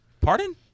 Pardon